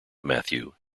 matthew